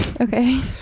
Okay